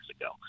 ago